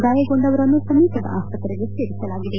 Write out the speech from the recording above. ಗಾಯಗೊಂಡವರನ್ನು ಸಮೀಪದ ಆಸ್ಪತ್ರೆಗೆ ಸೇರಿಸಲಾಗಿದೆ